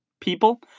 people